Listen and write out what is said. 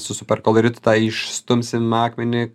su superkoloritu tą išstumsim akmenį